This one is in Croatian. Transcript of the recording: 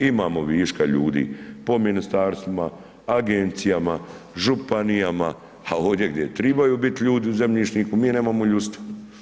Imamo viška ljudi po ministarstvima, agencijama, županijama, a ovdje gdje trebaju bit ljudi u zemljišniku, mi nemamo ljudstva.